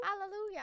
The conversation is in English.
Hallelujah